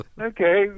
Okay